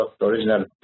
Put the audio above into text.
original